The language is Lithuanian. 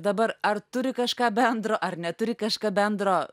dabar ar turi kažką bendro ar neturi kažką bendro